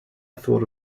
thought